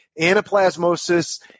Anaplasmosis